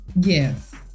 Yes